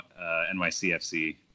NYCFC